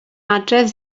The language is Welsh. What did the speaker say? adref